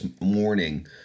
morning